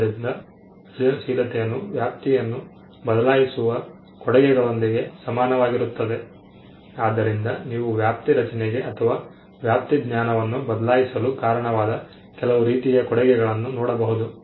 ಆದ್ದರಿಂದ ಸೃಜನಶೀಲತೆಯನ್ನು ವ್ಯಾಪ್ತಿಯನ್ನು ಬದಲಾಯಿಸುವ ಕೊಡುಗೆಗಳೊಂದಿಗೆ ಸಮಾನವಾಗಿರುತ್ತದೆ ಆದ್ದರಿಂದ ನೀವು ವ್ಯಾಪ್ತಿ ರಚನೆಗೆ ಅಥವಾ ವ್ಯಾಪ್ತಿ ಜ್ಞಾನವನ್ನು ಬದಲಾಯಿಸಲು ಕಾರಣವಾದ ಕೆಲವು ರೀತಿಯ ಕೊಡುಗೆಗಳನ್ನು ನೋಡಬಹುದು